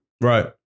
Right